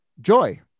joy